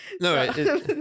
no